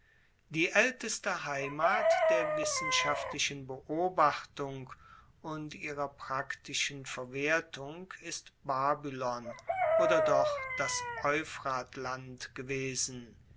die aelteste heimat der wissenschaftlichen beobachtung und ihrer praktischen verwertung ist babylon oder doch das euphratland gewesen